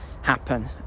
happen